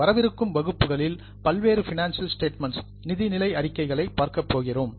வரவிருக்கும் வகுப்புகளில் பல்வேறு பினான்சியல் ஸ்டேட்மெண்ட்ஸ் நிதி நிலை அறிக்கைகளை பார்க்கப்போகிறோம்